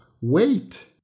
Wait